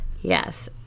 Yes